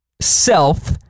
self